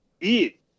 eat